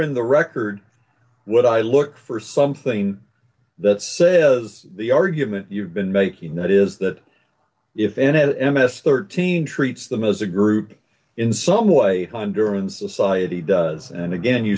in the record would i look for something that says the argument you've been making that is that if n o m s thirteen treats them as a group in some way hunder and society does and again you